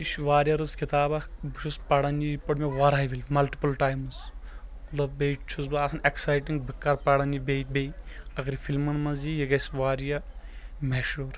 یہِ چھ واریاہ رٕژ کِتاب اکھ بہٕ چھُس پران یہِ یہِ پٔر مےٚ واریاہ پھرِ ملٹِپٕلۍ ٹایمٕز بیٚیہِ چھُس بہٕ آسان ایٚکسایٹِنگ بہٕ کر پرن یہِ بیٚیہِ بیٚیہِ اگر فِلمن منٛز یی یہِ گژھہِ واریاہ مشہوٗر